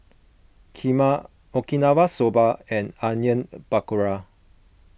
Kheema Okinawa Soba and Onion Pakora